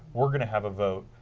we are going to have a coat